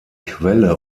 quelle